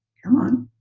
come on.